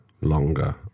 longer